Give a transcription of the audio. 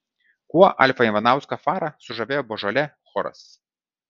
kuo alfą ivanauską farą sužavėjo božolė choras